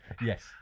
Yes